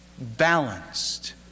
balanced